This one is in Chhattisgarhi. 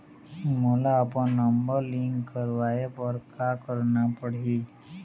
मोला अपन नंबर लिंक करवाये बर का करना पड़ही?